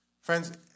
Friends